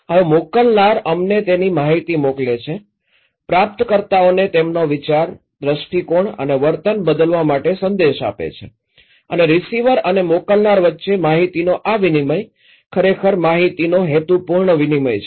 હવે મોકલનાર અમને તેની માહિતી મોકલે છે પ્રાપ્તકર્તાઓને તેમનો વિચાર દ્રષ્ટિકોણ અને વર્તન બદલવા માટે સંદેશ આપે છે અને રીસીવર અને મોકલનાર વચ્ચે માહિતીનો આ વિનિમય ખરેખર માહિતીનો હેતુપૂર્ણ વિનિમય છે